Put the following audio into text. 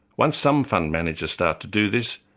once some fund managers start to do this,